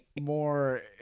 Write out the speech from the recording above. more